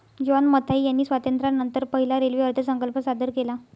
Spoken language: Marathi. जॉन मथाई यांनी स्वातंत्र्यानंतर पहिला रेल्वे अर्थसंकल्प सादर केला